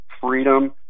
freedom